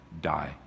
die